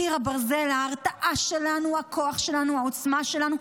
קיר הברזל: ההרתעה שלנו, הכוח שלנו, העוצמה שלנו.